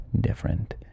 different